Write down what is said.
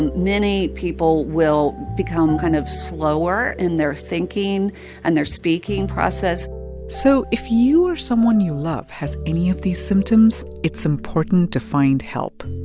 and many people will become kind of slower in their thinking and their speaking process so if you or someone you love has any of these symptoms, it's important to find help.